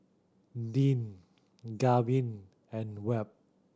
Deane Gavin and Webb